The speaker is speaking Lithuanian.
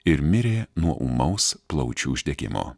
ir mirė nuo ūmaus plaučių uždegimo